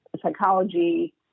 psychology